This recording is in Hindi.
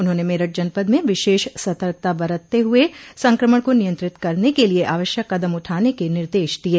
उन्होंने मेरठ जनपद में विशेष सतर्कता बरतते हुए संक्रमण को नियंत्रित करने के लिये आवश्यक कदम उठाने के निर्देश दिये